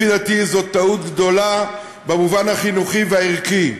לפי דעתי זו טעות גדולה במובן החינוכי והערכי.